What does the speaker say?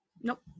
nope